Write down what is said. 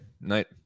night